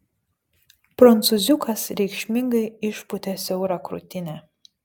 prancūziukas reikšmingai išpūtė siaurą krūtinę